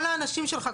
כל האנשים שלך,